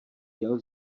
jel